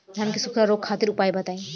धान के सुखड़ा रोग खातिर उपाय बताई?